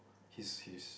he's he's